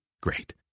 Great